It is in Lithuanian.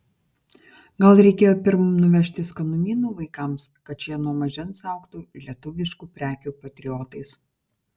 gal reikėjo pirm nuvežti skanumynų vaikams kad šie nuo mažens augtų lietuviškų prekių patriotais